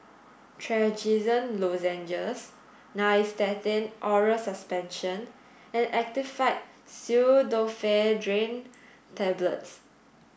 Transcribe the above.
Trachisan Lozenges Nystatin Oral Suspension and Actifed Pseudoephedrine Tablets